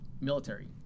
military